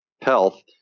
health